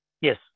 Yes